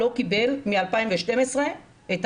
הם קיבלו את מה שהיו צריכים לקבל בנושא של